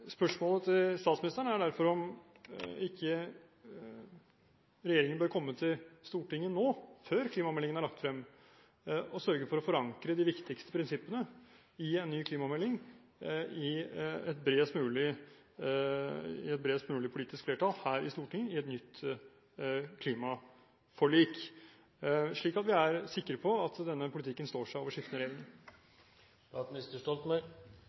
sørge for å forankre de viktigste prinsippene i en ny klimamelding i et bredest mulig politisk flertall her i Stortinget, i et nytt klimaforlik, slik at vi er sikre på at denne politikken står seg over skiftende